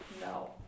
no